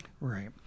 Right